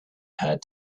heard